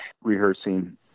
rehearsing